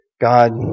God